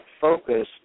focus